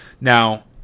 Now